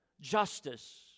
justice